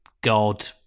god